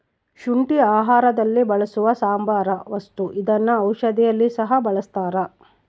ಶುಂಠಿ ಆಹಾರದಲ್ಲಿ ಬಳಸುವ ಸಾಂಬಾರ ವಸ್ತು ಇದನ್ನ ಔಷಧಿಯಲ್ಲಿ ಸಹ ಬಳಸ್ತಾರ